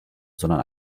sondern